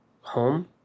home